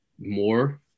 more